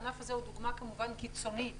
הענף הזה הוא דוגמה כמובן קיצונית,